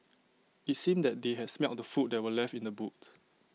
IT seemed that they had smelt the food that were left in the boot